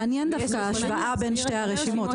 מעניינת ההשוואה בין שתי הרשימות,